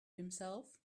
himself